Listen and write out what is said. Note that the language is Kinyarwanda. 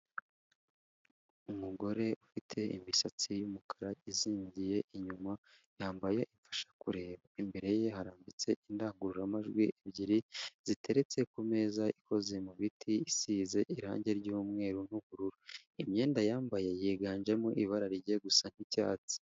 Umugore ufite imisatsi yumukara izingiye inyuma yambaye ibimufasha kureba. Imbere ye harambitse indangururamajwi ebyiri ziteretse ku meza ikoze mu biti isize irangi ryumweru nubururu. Imyenda yambaye yiganjemo ibara rijya gusa nkicyatsi.